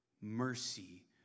Mercy